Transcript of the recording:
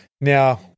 now